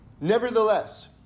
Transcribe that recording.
Nevertheless